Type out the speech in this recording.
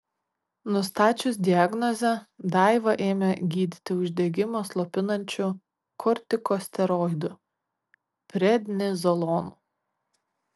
nustačius diagnozę daivą ėmė gydyti uždegimą slopinančiu kortikosteroidu prednizolonu